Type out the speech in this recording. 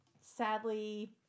sadly